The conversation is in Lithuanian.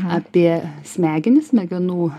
apie smegenis smegenų